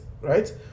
right